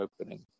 opening